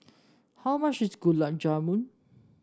how much is Gulab Jamun